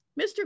Mr